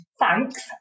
thanks